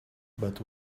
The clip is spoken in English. but